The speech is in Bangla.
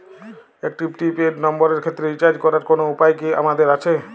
একটি প্রি পেইড নম্বরের ক্ষেত্রে রিচার্জ করার কোনো উপায় কি আমাদের আছে?